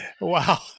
Wow